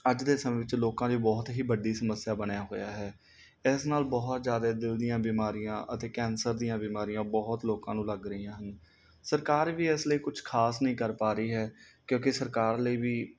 ਅੱਜ ਦੇ ਸਮੇਂ ਵਿੱਚ ਲੋਕਾਂ ਲਈ ਬਹੁਤ ਹੀ ਵੱਡੀ ਸਮੱਸਿਆ ਬਣਿਆ ਹੋਇਆ ਹੈ ਇਸ ਨਾਲ ਬਹੁਤ ਜ਼ਿਆਦੇ ਦਿਲ ਦੀਆਂ ਬਿਮਾਰੀਆਂ ਅਤੇ ਕੈਂਸਰ ਦੀਆਂ ਬਿਮਾਰੀਆਂ ਬਹੁਤ ਲੋਕਾਂ ਨੂੰ ਲੱਗ ਰਹੀਆਂ ਹਨ ਸਰਕਾਰ ਵੀ ਇਸ ਲਈ ਕੁਛ ਖਾਸ ਨਹੀਂ ਕਰ ਪਾ ਰਹੀ ਹੈ ਕਿਉਂਕਿ ਸਰਕਾਰ ਲਈ ਵੀ